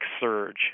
Surge